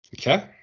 Okay